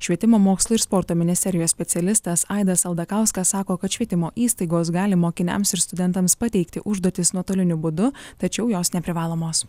švietimo mokslo ir sporto ministerijos specialistas aidas aldakauskas sako kad švietimo įstaigos gali mokiniams ir studentams pateikti užduotis nuotoliniu būdu tačiau jos neprivalomos